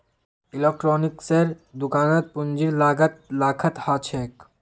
इलेक्ट्रॉनिक्सेर दुकानत पूंजीर लागत लाखत ह छेक